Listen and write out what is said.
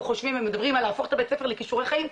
חושבים ומדברים על להפוך את בית הספר לכישורי חיים,